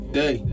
day